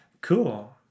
cool